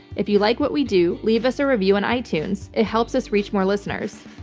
if you like what we do, leave us a review on itunes. it helps us reach more listeners.